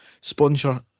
Sponsor